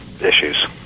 issues